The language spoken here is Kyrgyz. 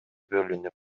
бөлүнүп